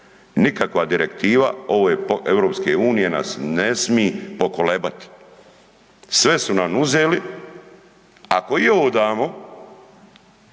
Nikakva direktiva ove EU nas ne smi pokolebat. Sve su nam uzeli, ako i ovo damo